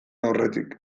aurretik